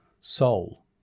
soul